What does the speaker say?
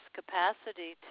capacity